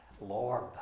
Lord